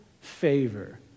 favor